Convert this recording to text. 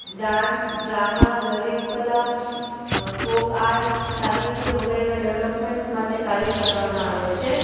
dance drama લલીત કલા folk art સાહિત્ય વગેરેના ડેવલપમેન્ટ માટે કાર્ય કરવામાં આવે છે